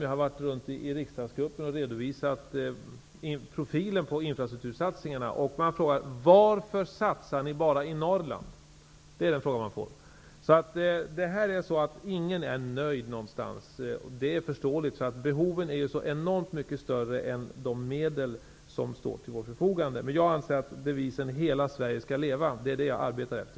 Jag har för de olika riksdagsgrupperna redovisat profilen på infrastruktursatsningarna. Den fråga man får är: Varför satsar ni bara på Norrland? Ingen är nöjd någonstans, vilket är förståeligt. Behoven är så enormt mycket större än de medel som står till förfogande. Men jag arbetar efter devisen ''Hela Sverige skall leva''.